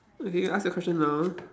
okay you ask your question now